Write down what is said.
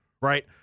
right